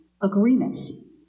agreements